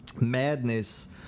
Madness